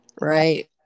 Right